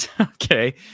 Okay